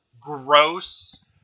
gross